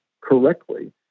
correctly